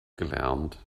gelernt